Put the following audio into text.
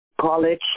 college